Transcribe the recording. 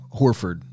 Horford